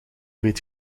weet